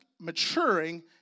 maturing